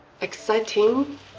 exciting